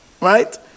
Right